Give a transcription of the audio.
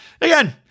Again